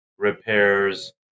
Repairs